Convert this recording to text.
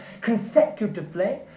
consecutively